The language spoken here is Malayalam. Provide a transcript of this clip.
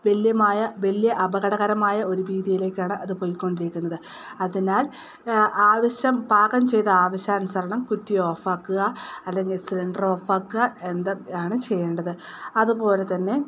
വലിയ അപകടകരമായ ഒരു ഭീതിയിലേക്കാണ് അത് പോയിക്കൊണ്ടിരിക്കുന്നത് അതിനാൽ ആവശ്യം പാകം ചെയ്ത് ആവശ്യാനുസരണം കുറ്റി ഓഫ് ആക്കുക അല്ലെങ്കിൽ സിലിണ്ടർ ഓഫ് ആക്കുക എന്തൊക്കെയാണ് ചെയ്യേണ്ടത് അതുപോലെതന്നെ